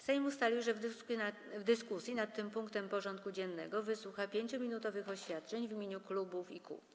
Sejm ustalił, że w dyskusji nad tym punktem porządku dziennego wysłucha 5-minutowych oświadczeń w imieniu klubów i kół.